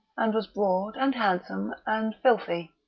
and was broad and handsome and filthy.